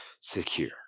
secure